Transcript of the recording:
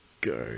go